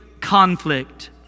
conflict